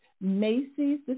Macy's